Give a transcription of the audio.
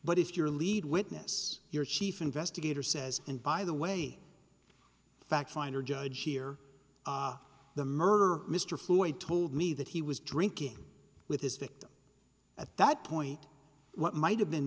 but if you're a lead witness your chief investigator says and by the way fact finder judge here the murder mr floyd told me that he was drinking with his victim at that point what might have been